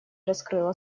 раскрыла